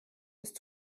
bist